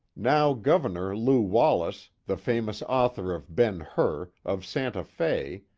now governor lew wallace, the famous author of ben hur, of santa fe,